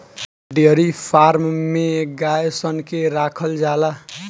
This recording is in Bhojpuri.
डेयरी फार्म में गाय सन के राखल जाला